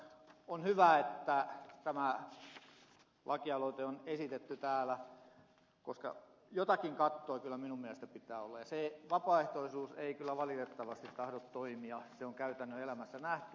on hyvä että tämä laki aloite on esitetty täällä koska jokin katto kyllä minun mielestäni pitää olla ja se vapaaehtoisuus ei kyllä valitettavasti tahdo toimia se on käytännön elämässä nähty